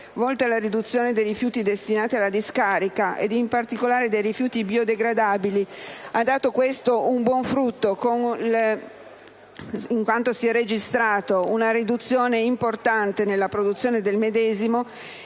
volte alla riduzione dei rifiuti destinati alla discarica e, in particolare, dei rifiuti biodegradabili, ha dato buon frutto, in quanto si è registrata una riduzione importante nella produzione dei medesimi,